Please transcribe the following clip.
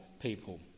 people